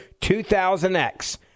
2000X